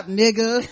nigga